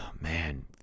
man